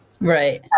Right